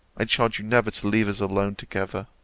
i charge you never to leave us alone together.